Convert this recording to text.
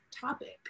topic